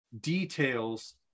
details